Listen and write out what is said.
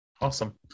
awesome